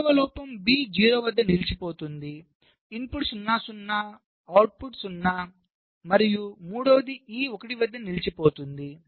రెండవ లోపం B 0 వద్ద నిలిచిపోతుంది ఇన్పుట్ 0 0 అవుట్పుట్ 0 మరియు మూడవది E 1 వద్ద నిలిచిపోతుంది